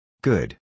Good